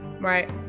right